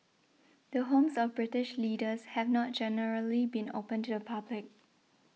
the homes of British leaders have not generally been open to the public